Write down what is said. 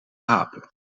apen